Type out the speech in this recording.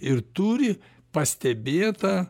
ir turi pastebėtą